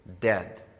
dead